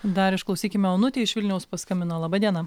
dar išklausykime onutė iš vilniaus paskambino laba diena